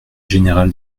général